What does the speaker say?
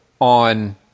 on